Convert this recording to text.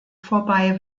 vorbei